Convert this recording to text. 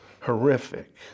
horrific